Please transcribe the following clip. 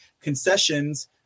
concessions